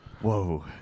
Whoa